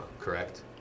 correct